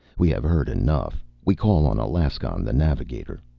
we have heard enough. we call on alaskon the navigator.